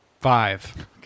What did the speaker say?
Five